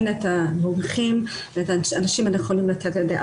את המומחים ואת האנשים הנכונים לקבל מהם דעה.